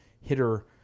hitter